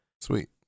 Sweet